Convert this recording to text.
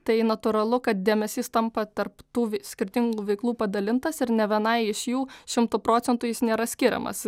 tai natūralu kad dėmesys tampa tarp tų skirtingų veiklų padalintas ir nė vienai iš jų šimtu procentų jis nėra skiriamas